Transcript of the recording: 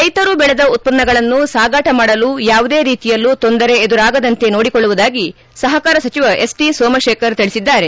ರೈತರು ಬೆಳೆದ ಉತ್ತನ್ನಗಳನ್ನು ಸಾಗಾಟ ಮಾಡಲು ಯಾವುದೇ ರೀತಿಯಲ್ಲೂ ತೊಂದರೆ ಎದುರಾಗದಂತೆ ನೋಡಿಕೊಳ್ಳುವುದಾಗಿ ಸಹಾರ ಸಚಿವ ಎಸ್ ಟಿ ಸೋಮಶೇಖರ್ ತಿಳಿಸಿದ್ದಾರೆ